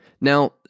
Now